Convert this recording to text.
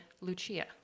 Lucia